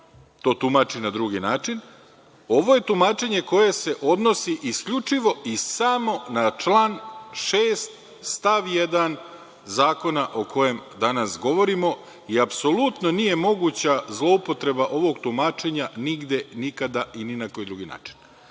to tumači na drugi način. Ovo je tumačenje koje se odnosi isključivo i samo na član 6. stav 1. Zakona o kojem danas govorimo i apsolutno nije moguća zloupotreba ovog tumačenja nigde, nikada i ni na koji drugi